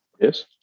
Yes